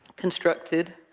constructed,